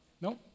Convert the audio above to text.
No